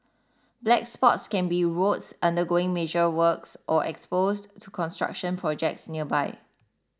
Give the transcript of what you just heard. black spots can be roads undergoing major works or exposed to construction projects nearby